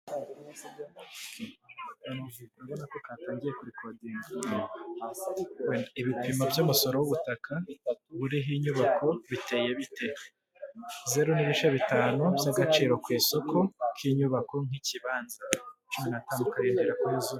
Ibipimo by'umusoro w'ubutaka, buriho inyubako biteye bite? zeru n'ibice bitanu by'agaciro ku isoko kinyubako nk'ikibanza.